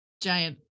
giant